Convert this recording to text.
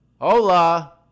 hola